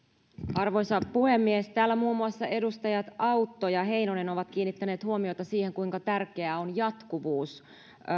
arvoisa puhemies täällä muun muassa edustajat autto ja heinonen ovat kiinnittäneet huomiota siihen kuinka tärkeää on jatkuvuus